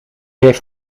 heeft